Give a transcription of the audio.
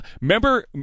Remember